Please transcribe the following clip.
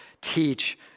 teach